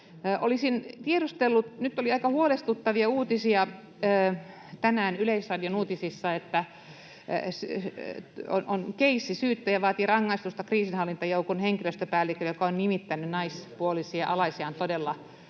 kaikille. Nyt oli aika huolestuttavia uutisia tänään Yleisradion uutisissa, että on keissi siitä, että syyttäjä vaatii rangaistusta kriisinhallintajoukon henkilöstöpäällikölle, joka on nimitellyt naispuolisia alaisiaan todella rajusti.